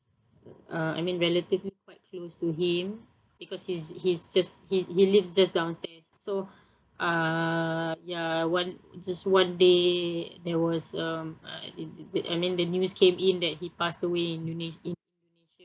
uh I mean relatively quite close to him because he's he's just he he lives just downstairs so uh ya one just one day there was um i~ th~ th~ I mean the news came in that he passed away in Indonesia